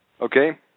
Okay